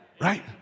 Right